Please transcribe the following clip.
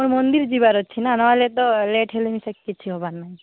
ମନ୍ଦିର ଯିବାର ଅଛି ନା ନହେଲେ ଲେଟ୍ ହେଲେ ସେ କିଛି ହେବାର ନାଇଁ